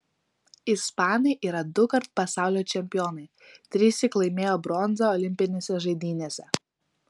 ispanai yra dukart pasaulio čempionai trissyk laimėjo bronzą olimpinėse žaidynėse